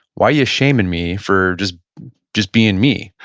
why you shaming me for just just being me?